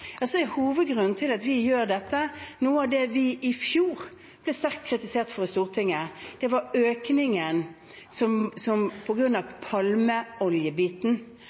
er hovedgrunnen til at vi gjør dette, noe av det vi i fjor ble sterkt kritisert for i Stortinget, nemlig økningen på grunn av palmeolje. Da er det